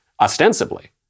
ostensibly